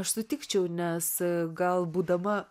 aš sutikčiau nes gal būdama